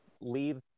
leave